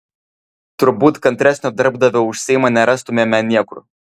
turbūt kantresnio darbdavio už seimą nerastumėme niekur